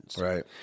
Right